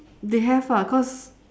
they have ah cause